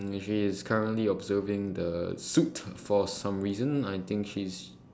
and she is currently observing the suit for some reason I think she's